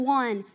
one